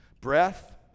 breath